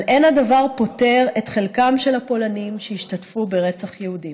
אבל אין הדבר פוטר את חלקם של הפולנים שהשתתפו ברצח יהודים.